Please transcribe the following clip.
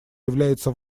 является